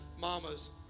mamas